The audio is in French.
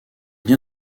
bien